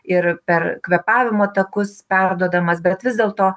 ir per kvėpavimo takus perduodamas bet vis dėlto